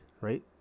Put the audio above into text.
right